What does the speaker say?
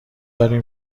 داریم